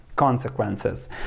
consequences